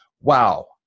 wow